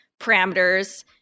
parameters